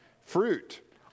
fruit